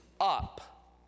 up